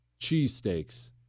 cheesesteaks